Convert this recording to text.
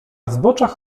zboczach